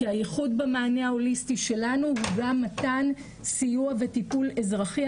כי הייחוד במענה ההוליסטי שלנו הוא גם מתן סיוע וטיפול אזרחי.